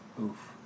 Oof